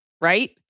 right